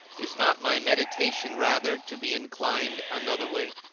is not my meditation rather to be inclined another way,